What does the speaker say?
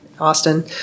Austin